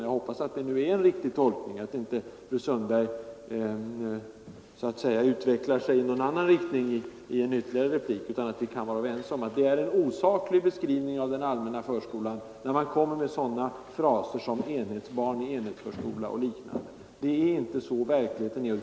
Jag hoppas att detta är en riktig tolkning och att fru Sundberg inte i ett kommande inlägg utvécklar sig i någon annan riktning, utan att vi kan vara ense om att det är en osaklig beskrivning av den allmänna förskolan, när man använder sådana fraser som ”enhetsbarn i enhetsförskola” och liknande. Det är inte så i verkligheten.